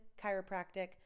chiropractic